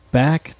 back